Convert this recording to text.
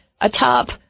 atop